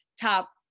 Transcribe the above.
top